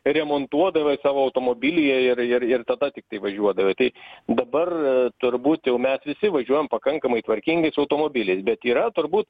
remontuodavai savo automobilyje ir ir ir tada tiktai važiuodavai tai dabar turbūt jau mes visi važiuojam pakankamai tvarkingais automobiliais bet yra turbūt